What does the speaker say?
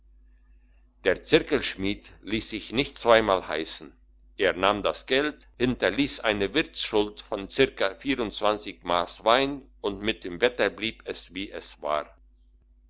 der zirkelschmied liess sich nicht zweimal heissen er nahm das geld hinterliess eine wirtsschuld von zirka mass wein und mit dem wetter blieb es wie es war